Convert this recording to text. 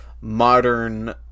modern